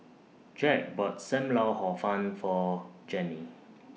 Jacque bought SAM Lau Hor Fun For Jenny